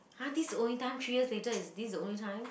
!huh! this the only time three years later is this the only time